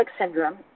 syndrome